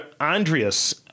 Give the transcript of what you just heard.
Andreas